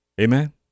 Amen